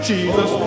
Jesus